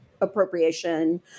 Appropriation